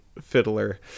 fiddler